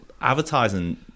advertising